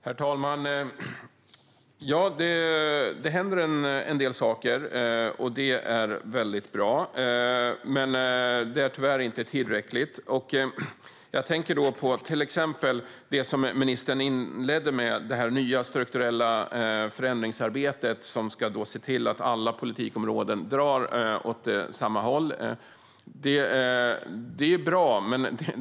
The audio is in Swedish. Herr talman! Det händer en del saker, och det är väldigt bra. Men det är tyvärr inte tillräckligt. Jag tänker till exempel på det som ministern inledde med, det nya strukturella förändringsarbetet som ska se till att alla politikområden drar åt samma håll. Det är bra.